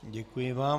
Děkuji vám.